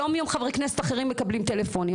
יומיום חברי כנסת אחרים מקבלים טלפונים.